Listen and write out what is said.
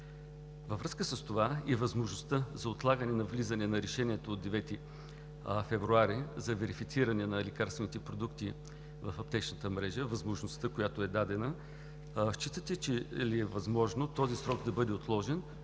Във връзка с това и възможността за отлагане влизането на решението от 9 февруари за верифициране на лекарствените продукти в аптечната мрежа – възможността, която е дадена, считате ли, че е възможно този срок да бъде отложен